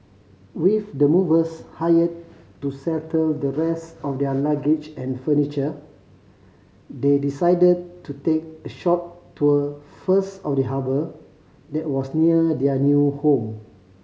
with the movers hired to settle the rest of their luggage and furniture they decided to take a short tour first of the harbour that was near their new home